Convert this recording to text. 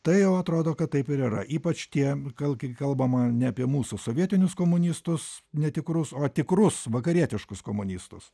tai jau atrodo kad taip ir yra ypač tiem kal kalbama ne apie mūsų sovietinius komunistus netikrus o tikrus vakarietiškus komunistus